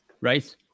Right